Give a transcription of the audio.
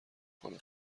کنم